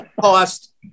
cost